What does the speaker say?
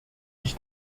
ich